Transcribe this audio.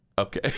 okay